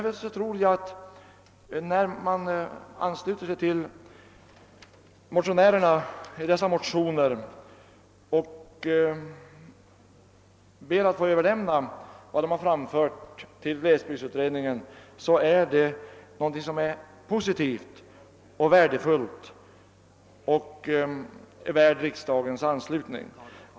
Förslaget att dessa motioner skall överlämnas till glesbygdsutredningen är därför positivt och värdefullt och förtjänar riksdagens anslutning.